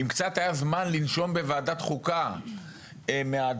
אם מלכתחילה ועדת החוקה הייתה מקדישה את הזמן שהקדישה למהפכה הזאת,